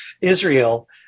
Israel